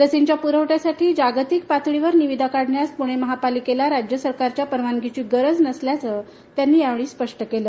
लसींच्या प्रवठ्यासाठी जागतिक पातळीवर निविदा काढण्यास पुणे महापालिकेला राज्य सरकारच्या परवानगीची गरज नसल्याचं त्यांनी यावेळी स्पष्ट केलं